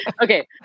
Okay